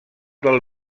del